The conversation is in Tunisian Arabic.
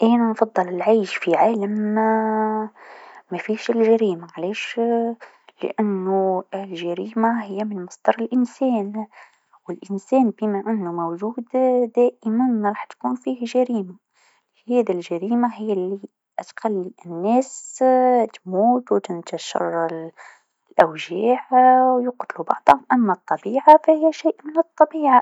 أنا نفضل العيش في عالم مافيهش الجريمة علاش لأنو الجريمه هي من مصدر الإنسان، و الإنسان بما أنو موجود دائما راح تكون فيه جريمه، هذي الجريمه هي لتخلي الناس تموت و تنتشر الاوجاع و يقتلو بعضهم، أما الطبيعه فهي شيء من الطبيعه.